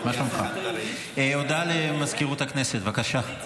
הודעה למזכירות הכנסת, בבקשה.